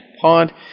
pod